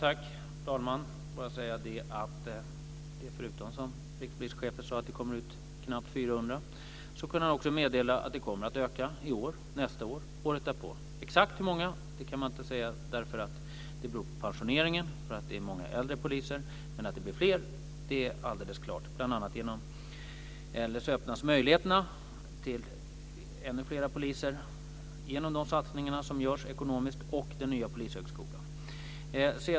Fru talman! Förutom de knappt 400 poliser som rikspolischefen sade kommer ut kan jag också meddela att antalet kommer att öka i år, nästa år och året därpå. Exakt hur många det blir kan man inte säga. Det beror på pensioneringen, och det finns många äldre poliser. Men att det blir fler är alldeles klart. Bl.a. öppnas möjligheter till ännu fler poliser genom de satsningar som görs ekonomiskt och den nya polishögskolan.